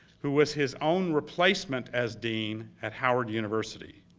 who was his own replacement as dean at howard university,